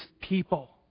people